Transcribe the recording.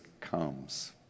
comes